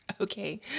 okay